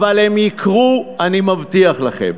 אבל הם יקרו, אני מבטיח לכם.